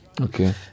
Okay